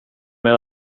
med